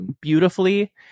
beautifully